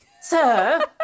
Sir